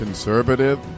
Conservative